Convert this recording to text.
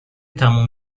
تموم